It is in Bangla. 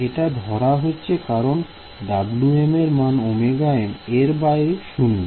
এটি ধরা হচ্ছে কারণ Wm এর মান Ωm এর বাইরে 0